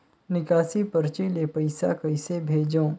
निकासी परची ले पईसा कइसे भेजों?